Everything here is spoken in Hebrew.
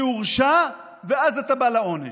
שהורשע ואז אתה בא לעונש.